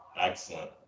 Excellent